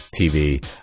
TV